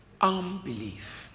unbelief